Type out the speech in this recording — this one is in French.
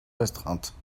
restreinte